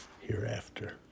Hereafter